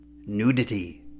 Nudity